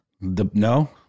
No